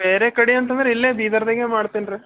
ಬೇರೆ ಕಡೆ ಅಂತಂದ್ರೆ ಇಲ್ಲೇ ಬೀದರ್ದಾಗೇ ಮಾಡ್ತೀನಿ ರೀ